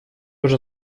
уже